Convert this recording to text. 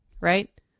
right